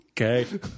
Okay